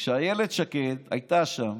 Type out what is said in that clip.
כשאיילת שקד הייתה שם